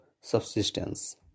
subsistence